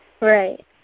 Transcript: Right